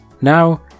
Now